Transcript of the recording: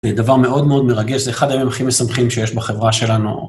זה דבר מאוד מאוד מרגש, זה אחד הימים הכי מסמכים שיש בחברה שלנו.